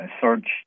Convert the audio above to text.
search